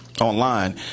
online